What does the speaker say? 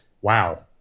wow